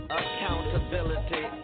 accountability